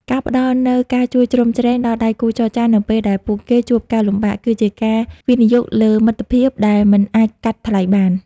ការផ្តល់នូវ "ការជួយជ្រោមជ្រែង" ដល់ដៃគូចរចានៅពេលដែលពួកគេជួបការលំបាក គឺជាការវិនិយោគលើមិត្តភាពដែលមិនអាចកាត់ថ្លៃបាន។